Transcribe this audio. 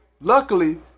Luckily